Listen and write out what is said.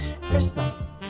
christmas